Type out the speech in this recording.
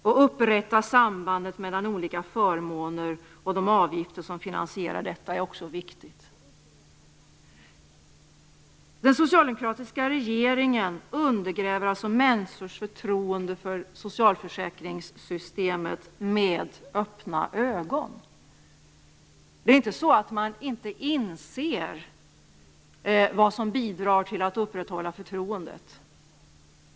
Att upprätta sambandet mellan olika förmåner och de avgifter som finansierar dem är också viktigt. Den socialdemokratiska regeringen undergräver alltså människors förtroende för socialförsäkringssystemet med öppna ögon. Det är inte så att man inte inser vad som bidrar till att upprätthålla förtroendet.